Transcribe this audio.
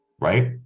right